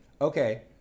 okay